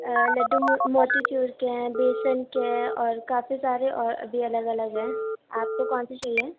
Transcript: لڈو موتی چور کے ہیں بیسن کے ہیں اور کافی سارے اور بھی الگ الگ ہیں آپ کو کونسے چاہیے